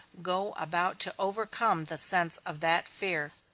go about to overcome the sense of that fear,